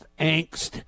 angst